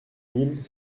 mille